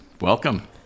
Welcome